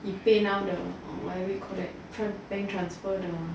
he PayNow the whatever you called that bank transfer the